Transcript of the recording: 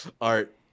Art